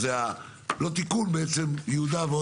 זה לא תיקון, זה בעצם